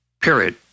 Period